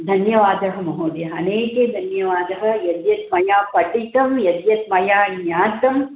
धन्यवादः महोदयः अनेके धन्यवादः यद्यद् मया पठितम् यद्यद् मया ज्ञातम्